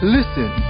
Listen